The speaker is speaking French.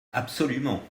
absolument